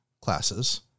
classes